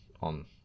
on